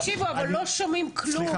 תקשיבו, אבל לא שומעים כלום.